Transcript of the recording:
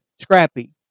scrappy